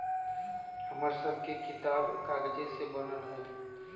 हमर सभके किताब कागजे से बनल हइ